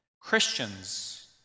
Christians